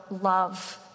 love